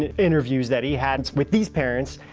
interviews that he had with these parents,